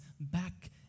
back